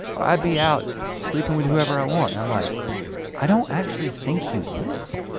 i'd be out sleeping with whoever i want. i'm like i don't actually think you would.